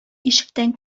ишектән